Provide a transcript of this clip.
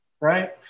right